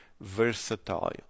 versatile